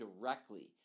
directly